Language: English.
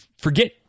forget